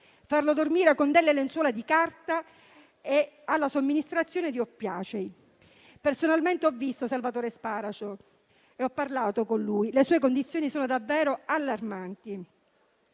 farlo dormire con lenzuola di carta e sottoporlo alla somministrazione di oppiacei. Personalmente, ho visto Salvatore Sparacio e ho parlato con lui. Le sue condizioni sono davvero allarmanti.